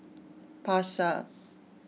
pasar